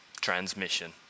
Transmission